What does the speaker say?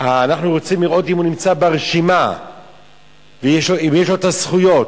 אנחנו רוצים לראות אם הוא נמצא ברשימה ואם יש לו הזכויות.